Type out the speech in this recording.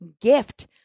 gift